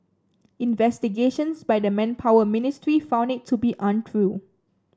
investigations by the Manpower Ministry found it to be untrue